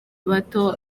bato